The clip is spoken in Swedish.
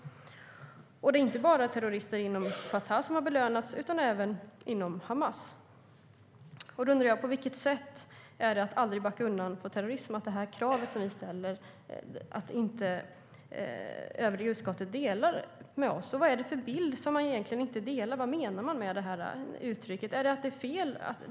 Och det är terrorister inte bara inom Fatah som har belönats utan även inom Hamas.Då undrar jag: På vilket sätt är det att aldrig backa undan från terrorism att övriga utskottet inte delar kravet som vi ställer? Och vad är det egentligen för bild som man inte delar? Vad menar man med det uttrycket?